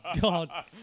God